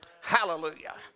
Hallelujah